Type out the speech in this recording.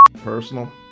personal